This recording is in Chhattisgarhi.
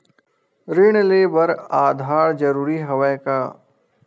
ऋण ले बर आधार जरूरी हवय का?